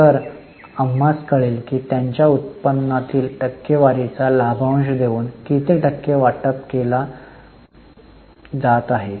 तर आम्हास कळेल की त्यांच्या उत्पन्नातील टक्केवारीचा लाभांश देऊन किती टक्के वाटप केला जात आहे